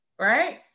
right